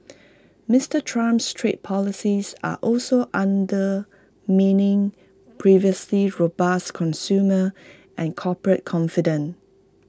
Mister Trump's trade policies are also undermining previously robust consumer and corporate confidence